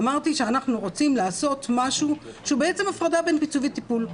אמרתי שאנחנו רוצים לעשות משהו שהוא בעצם הפרדה בין פיצוי וטיפול.